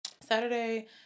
saturday